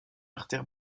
artère